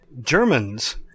Germans